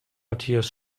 matthias